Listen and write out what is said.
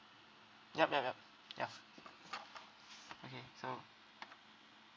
yup yup yup ya okay so